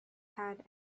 had